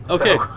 okay